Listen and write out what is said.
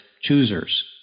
choosers